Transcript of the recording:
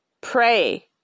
Pray